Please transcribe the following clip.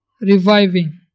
reviving